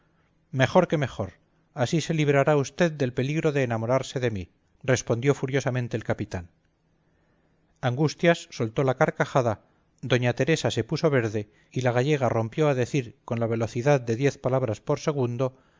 mejor que mejor así se librará v del peligro de enamorarse de mí respondió furiosamente el capitán angustias soltó la carcajada doña teresa se puso verde y la gallega rompió a decir con la velocidad de diez palabras por segundo